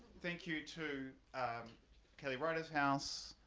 thank you to kelly writers house,